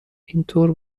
اینطور